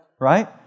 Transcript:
right